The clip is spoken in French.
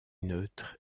neutre